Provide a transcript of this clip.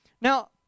Now